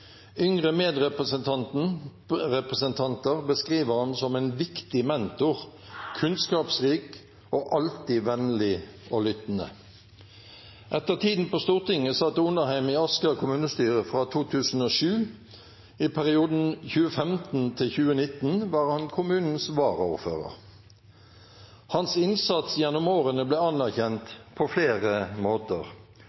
beskriver han som en viktig mentor, kunnskapsrik og alltid vennlig og lyttende. Etter tiden på Stortinget satt Onarheim i Asker kommunestyre fra 2007, og i perioden 2015–2019 var han kommunens varaordfører. Hans innsats gjennom årene ble anerkjent